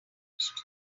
finished